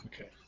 Okay